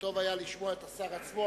טוב היה לשמוע את השר עצמו,